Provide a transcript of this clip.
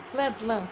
flat lah